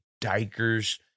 dikers